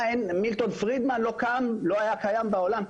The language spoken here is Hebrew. מילטון פרידמן לא היה קיים בעולם?